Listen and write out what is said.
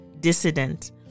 dissident